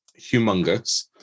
humongous